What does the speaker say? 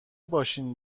باشین